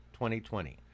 2020